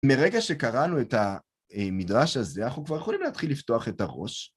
מרגע שקראנו את המדרש הזה, אנחנו כבר יכולים להתחיל לפתוח את הראש.